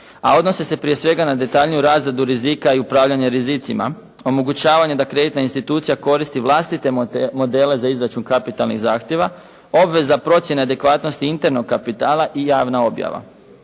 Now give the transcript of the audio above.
a odnosi se prije svega na detaljniju razradu rizika i upravljanje rizicima, omogućavanje da kreditna institucija koristi vlastite modele za izračun kapitalnih zahtjeva, obveza procjene adekvatnosti internog kapitala i javna objava.